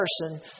person